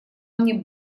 мне